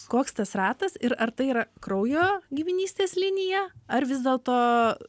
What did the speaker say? koks tas ratas ir ar tai yra kraujo giminystės linija ar vis dėlto